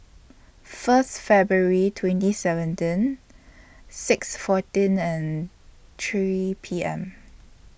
First February twenty seventeen six fourteen and three P M